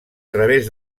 través